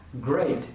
great